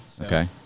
Okay